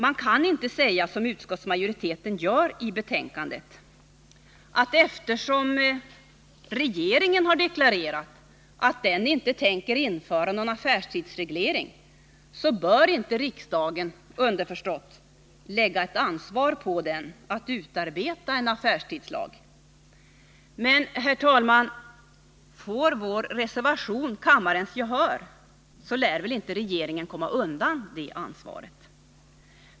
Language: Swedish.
Man kan inte, som utskottsmajoriteten gör i betänkandet, hävda att eftersom regeringen har deklarerat att den inte tänker införa någon affärstidsreglering, så bör inte riksdagen, underförstått, lägga ett ansvar på den att utarbeta en affärstidslag. Men, herr talman, får vår reservation kammarens gehör, så lär inte regeringen komma undan det ansvaret!